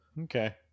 Okay